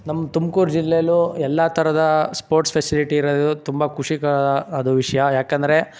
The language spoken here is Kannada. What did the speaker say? ನಮ್ಮ ತುಮ್ಕೂರು ಜಿಲ್ಲೇಲೂ ಎಲ್ಲ ಥರದ ಸ್ಪೋರ್ಟ್ಸ್ ಫೆಸಿಲಿಟಿ ಇರೋದು ತುಂಬ ಖುಷಿಕರ ಆದ ವಿಷಯ ಯಾಕಂದರೆ